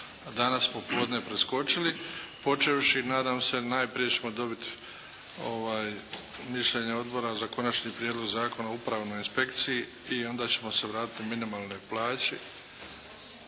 danas popodne preskočili, počevši nadam se najprije ćemo dobiti mišljenje odbora za Konačni prijedlog Zakona o upravnoj inspekciji i onda ćemo se vratiti na minimalne plaće